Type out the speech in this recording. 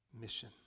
mission